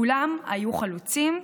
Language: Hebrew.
כולם היו חלוצים,